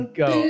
go